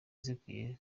zikwiye